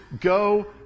Go